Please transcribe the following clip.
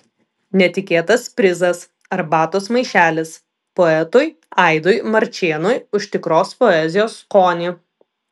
netikėtas prizas arbatos maišelis poetui aidui marčėnui už tikros poezijos skonį